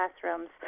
classrooms